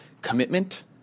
commitment